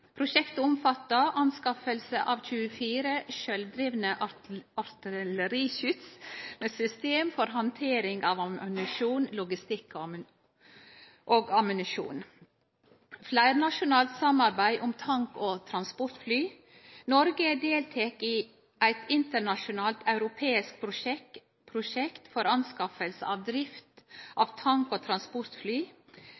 Prosjektet omfattar anskaffing av 24 sjølvdrivne artilleriskyts med system for handtering av ammunisjon, logistikk og ammunisjon. Fleirnasjonalt samarbeid om tank- og transportfly. Noreg deltek i eit internasjonalt europeisk prosjekt for anskaffing og drift